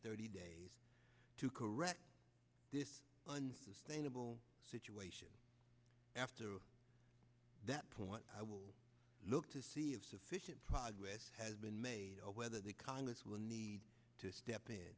thirty days to correct this display nable situation after that point i will look to see of sufficient progress has been made of whether the congress will need to step in